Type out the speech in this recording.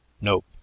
nope